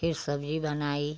फिर सब्ज़ी बनाई